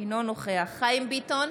אינו נוכח חיים ביטון,